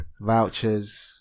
vouchers